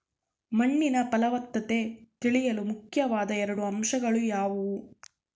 ಮಣ್ಣಿನ ಫಲವತ್ತತೆ ತಿಳಿಯಲು ಮುಖ್ಯವಾದ ಎರಡು ಅಂಶಗಳು ಯಾವುವು?